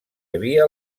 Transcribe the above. havia